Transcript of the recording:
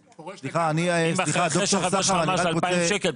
אם אחרי שחבר שלך אמר ש-2,000 שקל,